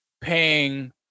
paying